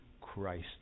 Christ